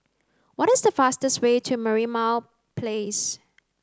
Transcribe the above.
what is the fastest way to Merlimau Place